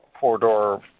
four-door